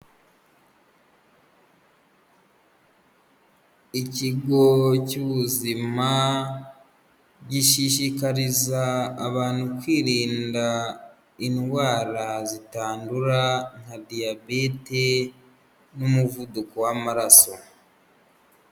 Ikigo cy'ubuzima gishishikariza abantu kwirinda indwara zitandura, nka diyabete n'umuvuduko w'amaraso.